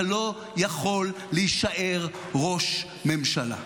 אתה לא יכול להישאר ראש ממשלה.